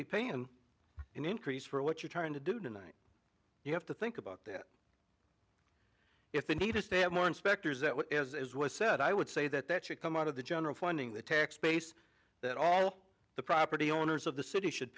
be paying an increase for what you're trying to do tonight you have to think about that if the need is to have more inspectors at what was said i would say that that should come out of the general funding the tax base that all the property owners of the city should